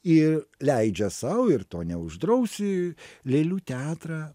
ir leidžia sau ir to neuždrausi lėlių teatrą